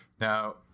now